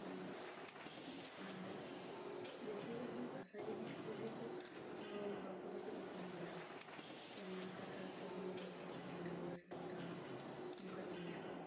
ᱟᱨ ᱵᱮᱥᱤᱨᱵᱷᱟᱜᱽ ᱜᱮ ᱠᱟᱥᱟ ᱡᱤᱱᱤᱥ ᱜᱤᱠᱚ ᱦᱚᱲ ᱠᱚᱫᱚ ᱠᱚ ᱤᱫᱤᱭ ᱜᱤᱭᱟ ᱡᱮᱢᱚᱱ ᱠᱟᱥᱟ ᱛᱷᱟᱹᱨᱤ ᱵᱟᱹᱴᱤ ᱜᱤᱞᱟᱹᱥ ᱞᱚᱴᱟ ᱚᱱᱠᱟᱱ ᱡᱤᱱᱤᱥ ᱠᱚ